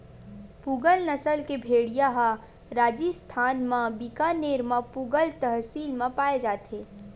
पूगल नसल के भेड़िया ह राजिस्थान म बीकानेर म पुगल तहसील म पाए जाथे